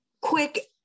quick